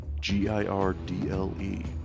G-I-R-D-L-E